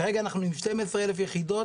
כרגע אנחנו עם 12 אלף יחידות,